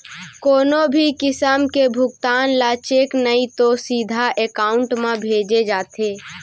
कोनो भी किसम के भुगतान ल चेक नइ तो सीधा एकाउंट म भेजे जाथे